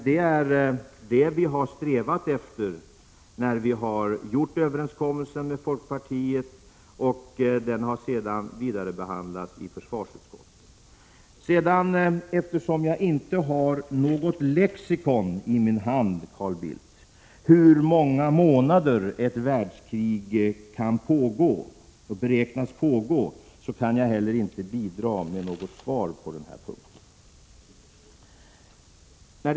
Det är detta vi har strävat efter, när vi träffat överenskommelsen med folkpartiet, och denna överenskommelse har sedan behandlats i försvarsutskottet. Jag har inte något lexikon i min hand, Carl Bildt, som anger hur många månader ett världskrig kan beräknas pågå, och jag kan därför inte bidra med något svar på frågan.